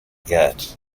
get